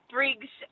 Briggs